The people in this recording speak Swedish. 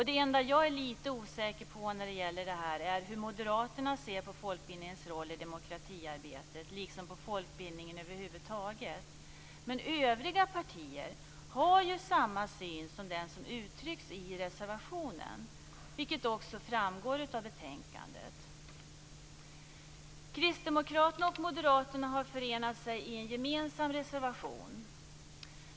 Det enda jag är lite osäker på är hur moderaterna ser på folkbildningens roll i demokratiarbetet liksom på folkbildningen över huvud taget. Men övriga partier har ju samma syn som det som uttrycks i reservationen, vilket också framgår av betänkandet. Kristdemokraterna och moderaterna har förenat sig i en gemensam reservation.